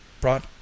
brought